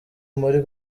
muri